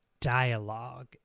dialogue